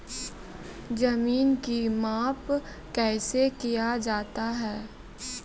जमीन की माप कैसे किया जाता हैं?